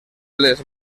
les